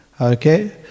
Okay